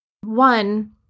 One